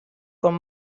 con